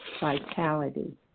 vitality